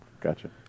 Gotcha